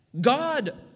God